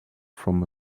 from